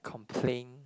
complain